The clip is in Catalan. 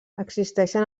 existeixen